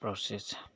process